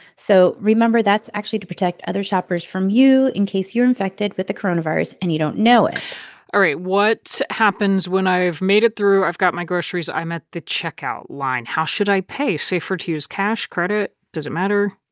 so remember that's actually to protect other shoppers from you in case you're infected with the coronavirus and you don't know it all right. what happens when i have made it through? i've got my groceries. i'm at the checkout line. how should i pay? safer to use cash, credit? does it matter?